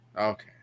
Okay